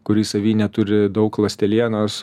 kuris savy neturi daug ląstelienos